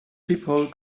people